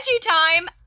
time